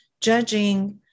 judging